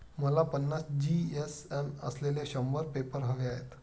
मला पन्नास जी.एस.एम असलेले शंभर पेपर हवे आहेत